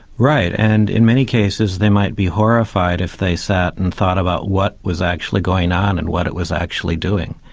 right. and in many cases they might be horrified if they sat and thought about what was actually going on and what it was actually doing.